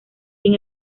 sin